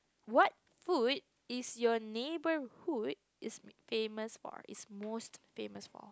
what food is your neighborhood is made famous one is most famous one